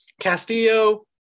Castillo